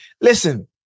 listen